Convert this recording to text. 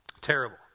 terrible